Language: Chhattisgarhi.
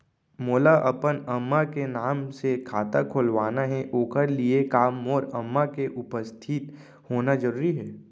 मोला अपन अम्मा के नाम से खाता खोलवाना हे ओखर लिए का मोर अम्मा के उपस्थित होना जरूरी हे?